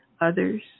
others